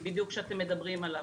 בדיוק שאתם מדברים עליו.